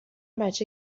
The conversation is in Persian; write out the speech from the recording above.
بچه